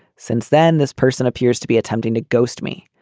since then, this person appears to be attempting to ghost me.